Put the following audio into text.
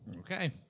Okay